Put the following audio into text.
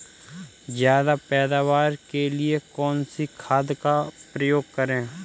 ज्यादा पैदावार के लिए कौन सी खाद का प्रयोग करें?